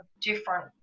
different